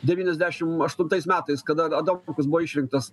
devyniasdešim aštuntaisais metais kada adamkus buvo išrinktas